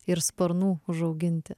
ir sparnų užauginti